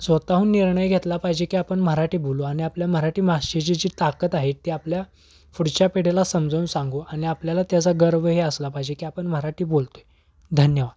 स्वतःहून निर्णय घेतला पाहिजे की आपण मराठी बोलू आणि आपल्या मराठी भाषेची जी ताकद आहे ती आपल्या पुढच्या पिढीला समजावून सांगू आणि आपल्याला त्याचा गर्वही असला पाहिजे की आपण मराठी बोलतो आहे धन्यवाद